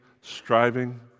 striving